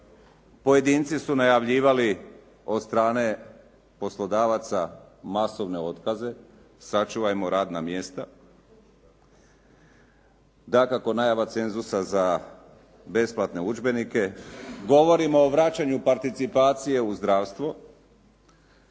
pojedinci su najavljivali od strane poslodavaca masovne otkaze, sačuvajmo radna mjesta. Dakako najava cenzusa za besplatne udžbenike. Govorimo o vraćanju participacije u zdravstvo,